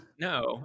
no